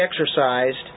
exercised